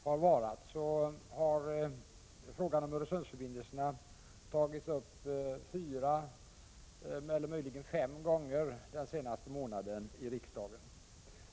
Under remisstiden har frågan om Öresundsförbindelserna tagits upp fyra eller fem gånger i riksdagen den senaste månaden.